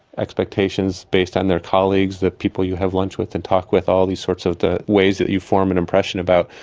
expectations based on their colleagues, the people you have lunch with and talk with, all these sorts of ways that you form an impression about,